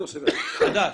חדש.